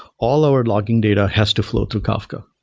all our logging data has to flow through kafka.